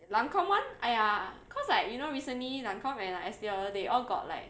Lancome [one] !aiya! because like you know recently Lancome and like Estee Lauder they all got like